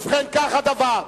ובכן, כך הדבר.